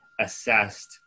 assessed